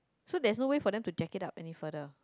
so there is no way for them to check it out any further